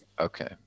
Okay